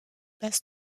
passe